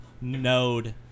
node